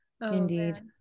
indeed